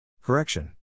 correction